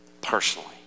Personally